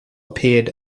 appeared